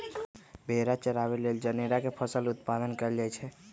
भेड़ा चराबे लेल जनेरा फसल के उत्पादन कएल जाए छै